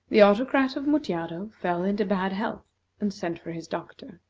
the autocrat of mutjado fell into bad health and sent for his doctor.